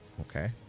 Okay